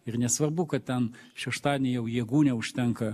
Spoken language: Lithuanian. ir nesvarbu kad ten šeštadienį jau jėgų neužtenka